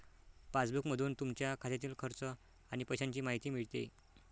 पासबुकमधून तुमच्या खात्यातील खर्च आणि पैशांची माहिती मिळते